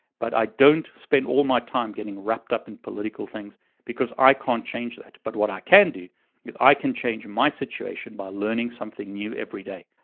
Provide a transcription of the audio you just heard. but i don't spend all my time getting wrapped up in political things because i can't change that. but what i can do is i can change my situation by learning something new every day.